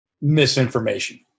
misinformation